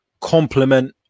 complement